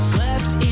Slept